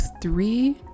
three